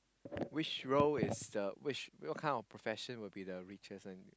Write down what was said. which row is the which what kind of profession will be the richest one